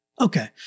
Okay